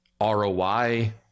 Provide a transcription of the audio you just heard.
ROI